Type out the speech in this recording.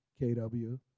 kW